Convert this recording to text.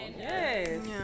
Yes